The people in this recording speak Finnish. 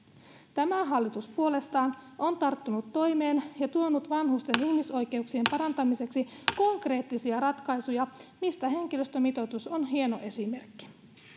tämä hallitus puolestaan on tarttunut toimeen ja tuonut vanhusten ihmisoikeuksien parantamiseksi konkreettisia ratkaisuja niistä henkilöstömitoitus on hieno esimerkki